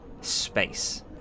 Space